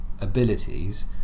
abilities